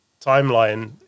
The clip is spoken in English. timeline